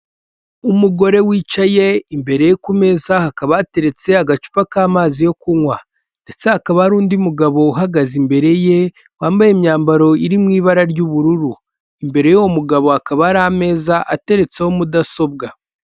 Umugore wicaye, imbere ku meza hakaba hateretse agacupa k'amazi yo kunywa. Ndetse hakaba hari undi mugabo uhagaze imbere ye, wambaye imyambaro iri mu ibara ry'ubururu. Imbere y'uwo mugabo hakaba hari ameza ateretseho mudasobwa.